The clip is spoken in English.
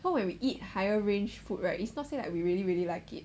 cause when we eat higher range food right it's not say like we really really like it